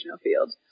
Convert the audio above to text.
field